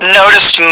noticed